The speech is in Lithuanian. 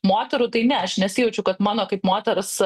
moterų tai ne aš nesijaučiu kad mano kaip moters